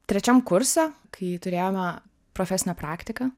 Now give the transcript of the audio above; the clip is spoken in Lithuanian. trečiam kurse kai turėjome profesinę praktiką